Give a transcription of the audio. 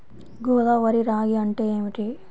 గోదావరి రాగి అంటే ఏమిటి?